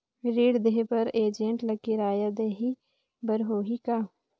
ऋण देहे बर एजेंट ला किराया देही बर होही का?